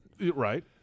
Right